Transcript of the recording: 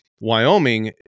Wyoming